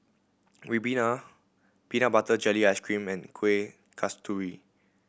ribena peanut butter jelly ice cream and Kuih Kasturi